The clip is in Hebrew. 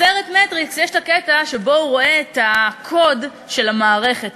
בסרט "מטריקס" יש קטע שבו הוא רואה את הקוד של המערכת.